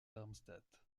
darmstadt